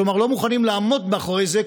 כלומר לא מוכנות לעמוד מאחורי זה,